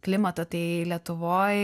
klimato tai lietuvoj